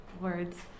words